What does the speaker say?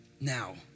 now